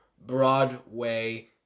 Broadway